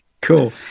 cool